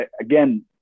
Again